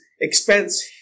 expense